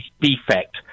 defect